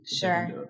Sure